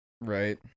right